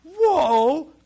Whoa